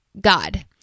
God